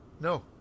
No